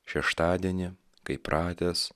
šeštadienį kaip pratęs